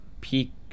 peak